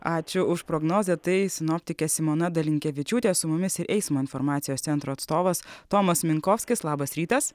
ačiū už prognozę tai sinoptikė simona dalinkevičiūtė su mumis ir eismo informacijos centro atstovas tomas minkovskis labas rytas